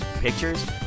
pictures